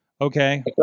okay